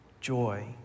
joy